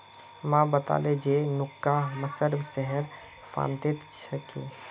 माँ बताले जे मुनक्का हमसार सेहतेर फायदेमंद ह छेक